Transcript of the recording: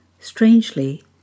Strangely